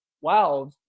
wow